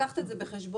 לקחת את זה בחשבון.